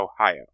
Ohio